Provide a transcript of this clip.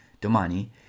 domani